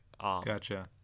Gotcha